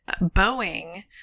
Boeing